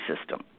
system